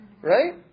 right